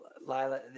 Lila